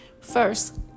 First